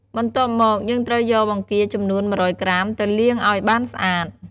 បន្ទាប់មក យើងត្រូវយកបង្គាចំនួន ១០០ក្រាមទៅលាងឱ្យបានស្អាត។